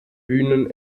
bühnen